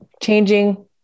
changing